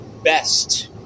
best